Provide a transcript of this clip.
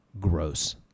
gross